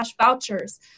vouchers